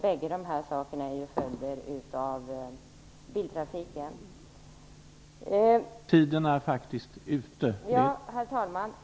Båda de sakerna är följder av biltrafiken.